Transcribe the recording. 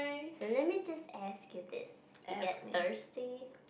so let me just ask you this you get thirsty